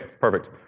perfect